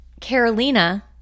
Carolina